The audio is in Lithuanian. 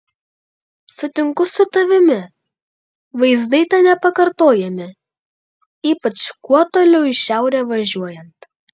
sutinku su tavimi vaizdai ten nepakartojami ypač kuo toliau į šiaurę važiuojant